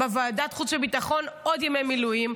בוועדת חוץ וביטחון עוד ימי מילואים,